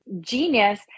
genius